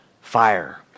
fire